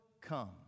come